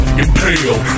impale